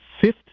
fifth